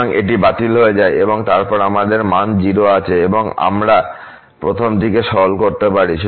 সুতরাং এটি বাতিল হয়ে যায় এবং তাই আমাদের মান 0 আছে এবং এখন আমরা প্রথমটিকে সরল করতে পারি